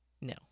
No